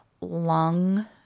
lung